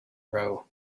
row